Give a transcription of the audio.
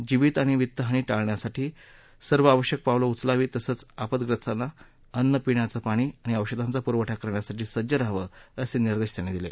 जीवित आणि वित्तहानी टाळण्यासाठी सर्व आवश्यक पावलं उचलावीत तसंच आपद्यस्तांना अन्न पिण्याचं पाणी आणि औषधांचा पुरवठा करण्यासाठी सज्ज रहावं असं निर्देश त्यांनी दिले